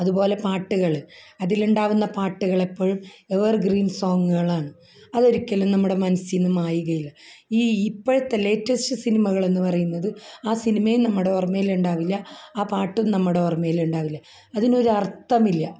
അതുപോലെ പാട്ടുകൾ അതിൽ ഉണ്ടാവുന്ന പാട്ടുകൾ എപ്പോഴും എവർ ഗ്രീൻ സോങുകളാണ് അതൊരിക്കലും നമ്മുടെ മനസ്സിന് മായുകയില്ല ഈ ഇപ്പോഴത്തെ ലേറ്റസ്റ്റ് സിനിമകൾ എന്ന് പറയുന്നത് ആ സിനിമയും നമ്മുടെ ഓർമയിൽ ഉണ്ടാവില്ല ആ പാട്ടും നമ്മുടെ ഓർമയിൽ ഉണ്ടാവില്ല അതിനൊരു അർഥമില്ല